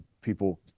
people